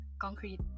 concrete